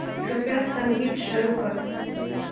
કૃપયા સંગીત શરૂ કરો